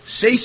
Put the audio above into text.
say